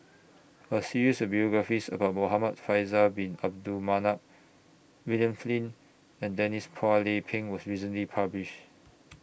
A series of biographies about Muhamad Faisal Bin Abdul Manap William Flint and Denise Phua Lay Peng was recently published